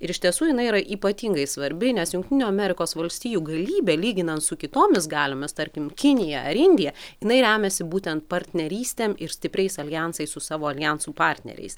ir iš tiesų jinai yra ypatingai svarbi nes jungtinių amerikos valstijų galybė lyginant su kitomis galiomis tarkim kinija ar indija jinai remiasi būtent partnerystėm ir stipriais aljansais su savo aljansų partneriais